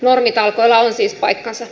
normitalkoilla on siis paikkansa